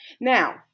Now